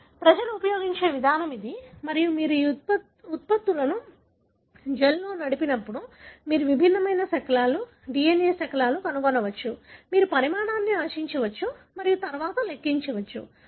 ప్రజలు ఉపయోగించే విధానం ఇది మరియు మీరు ఈ ఉత్పత్తులను జెల్లో నడిపినప్పుడు మీరు విభిన్నమైన శకలాలు DNA శకలాలు కనుగొనవచ్చు మీరు పరిమాణాన్ని ఆశించవచ్చు మరియు తరువాత లెక్కించవచ్చు